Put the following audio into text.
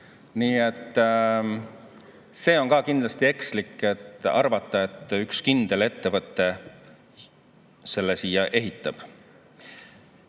Nii et on kindlasti ekslik arvata, et üks kindel ettevõte selle siia ehitab.